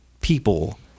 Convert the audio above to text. people